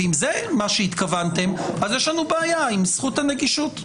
אם זה מה שהתכוונתם, יש לנו בעיה עם זכות הנגישות.